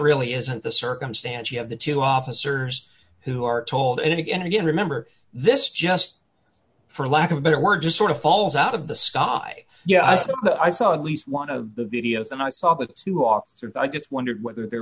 really isn't the circumstance you have the two officers who are told and again again remember this just for lack of a better word just sort of falls out of the sky yes i saw at least one of the videos and i saw who are sort of i just wondered whether there